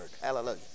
Hallelujah